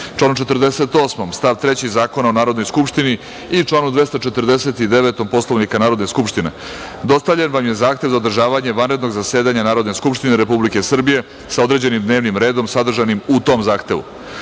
članu 48. stav 3. Zakona o Narodnoj skupštini i članu 249. Poslovnika Narodne skupštine, dostavljen vam je Zahtev za održavanje vanrednog zasedanja Narodne skupštine Republike Srbije sa određenim dnevnim redom sadržanim u tom Zahtevu.Za